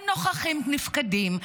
הם נוכחים נפקדים.